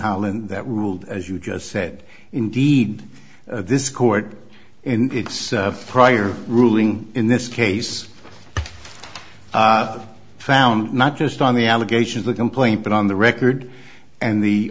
holland that ruled as you just said indeed this court in its prior ruling in this case found not just on the allegations the complaint but on the record and the